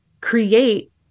create